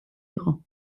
იყო